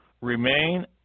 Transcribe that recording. Remain